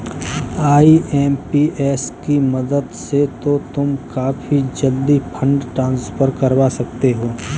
IMPS की मदद से तो तुम काफी जल्दी फंड ट्रांसफर करवा सकते हो